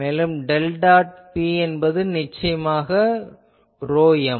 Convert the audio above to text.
மேலும் del dot B என்பது நிச்சயமாக ρm